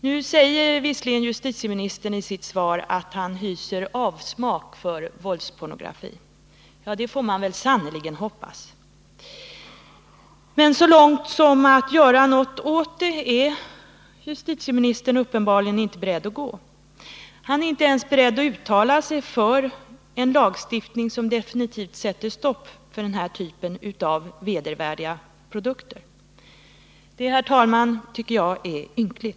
Nu säger visserligen justitieministern i sitt svar att han hyser avsmak för våldspornografi. Ja, det får man sannerligen hoppas! Men så långt som till att göra något åt detta är justitieministern uppenbarligen inte beredd att gå. Han är inte ens beredd att uttala sig för en lagstiftning som definitivt sätter stopp för den här typen av vedervärdiga produkter. Det, herr talman, tycker jag är ynkligt.